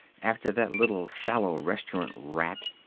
after that little sallow restaurant rat.